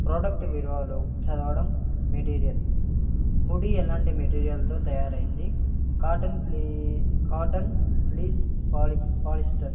product వివరాలు చదవడం material hoodie ఎలాంటి మెటీరియల్తో తయారు అయ్యింది కాటన్ ప్లీ కాటన్ పీస్ పాలి పాలిస్టర్